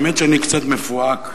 האמת שאני קצת מפוהק,